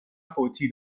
فوتی